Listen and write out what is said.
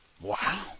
wow